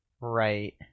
Right